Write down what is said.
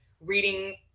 reading